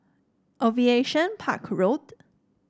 Aviation Park Road